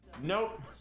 Nope